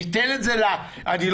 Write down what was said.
ניתן את זה למפקחים,